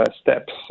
steps